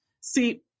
See